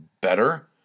better